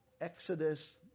Exodus